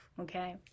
okay